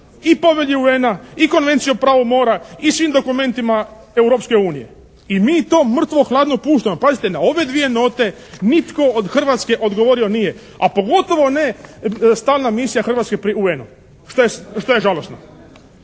i Povelji UN-a i Konvenciji o pravu mora i svim dokumentima Europske unije. I mi to mrtvo hladno puštamo. Pazite na ove dvije note nitko od Hrvatske odgovorio nije. A pogotovo ne stalna misija Hrvatske pri UN-u što je žalosno.